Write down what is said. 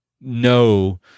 no –